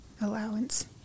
Allowance